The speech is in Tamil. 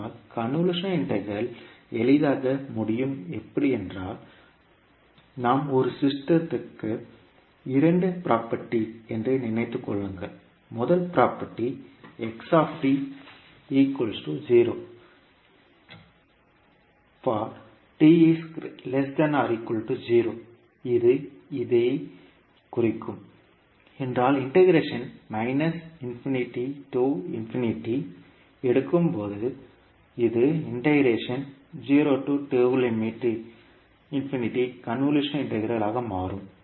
ஆனால் கன்வொல்யூஷன் இன்டெக்ரல் எளிதாக முடியும் எப்படி என்றால் நாம் ஒரு சிஸ்டம்க்கு இரண்டு ப்ராப்பர்ட்டி என்று நினைத்துக் கொள்ளுங்கள் முதல் ப்ராப்பர்ட்டி 0 இது இதைக் குறிக்கும் என்றால் integration minus infinity to plus infinity எடுக்கும்போது அது integration zero to infinity convolution integral ஆக மாறும்